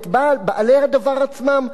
את בעלי הדבר עצמם,